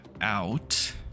out